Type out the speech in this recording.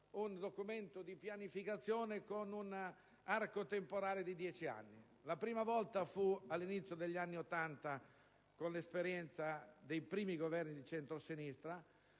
un documento di pianificazione avente un arco temporale di dieci anni: la prima volta fu all'inizio degli anni '80, con l'esperienza dei primi Governi di centrosinistra;